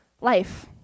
life